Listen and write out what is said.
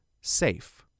SAFE